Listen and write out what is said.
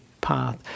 path